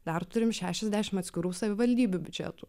dar turim šešiasdešim atskirų savivaldybių biudžetų